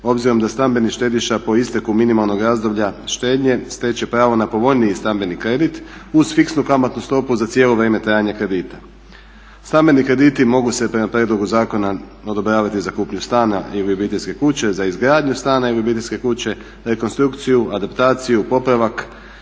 obzirom da stambenih štediša po isteku minimalnog isteka štednje stječe pravo na povoljniji stambeni kredit uz fiksnu kamatnu stopu za cijelo vrijeme trajanja kredita. Stambeni krediti mogu se prema prijedlogu zakona odobravati za kupnju stana ili obiteljske kuće, za izgradnju stana i obiteljske kuće, rekonstrukciju, adaptaciju, popravak